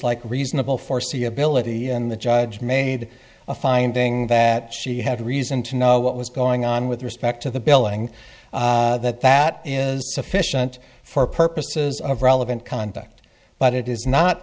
like reasonable foreseeability and the judge made a finding that she had a reason to know what was going on with respect to the billing that that is sufficient for purposes of relevant conduct but it is not